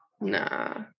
Nah